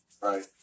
Right